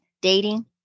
dating